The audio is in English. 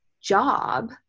job